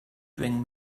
bring